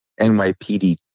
NYPD